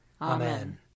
Amen